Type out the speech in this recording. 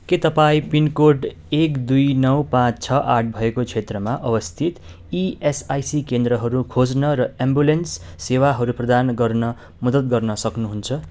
के तपाईँँ पिनकोड एक दुई नौ पाँच छ आठ भएको क्षेत्रमा अवस्थित इएसआइसी केन्द्रहरू खोज्न र एम्बुलेन्स सेवाहरू प्रदान गर्न मदद गर्न सक्नुहुन्छ